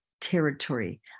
territory